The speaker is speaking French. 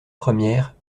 première